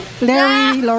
Larry